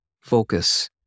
focus